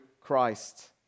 Christ